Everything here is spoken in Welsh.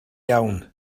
iawn